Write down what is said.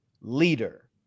leader